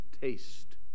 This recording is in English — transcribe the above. taste